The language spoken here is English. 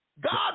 God